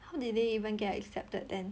how did they even get accepted then